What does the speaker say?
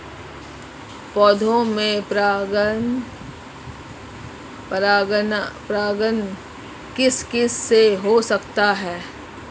पौधों में परागण किस किससे हो सकता है?